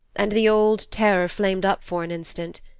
and the old terror flamed up for an instant,